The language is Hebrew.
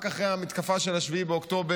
רק אחרי המתקפה של 7 באוקטובר,